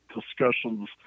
discussions